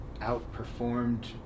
outperformed